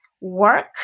work